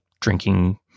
drinking